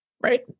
Right